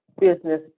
business